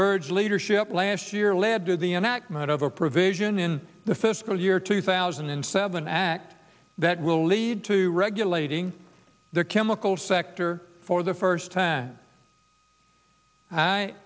byrd's leadership last year led to the enactment of a provision in the fiscal year two thousand and seven act that will lead to regulating the chemical sector for the first time i